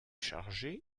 chargé